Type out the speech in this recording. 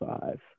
five